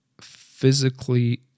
physically